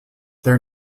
their